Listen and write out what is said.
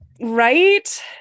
Right